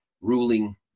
ruling